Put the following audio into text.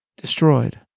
destroyed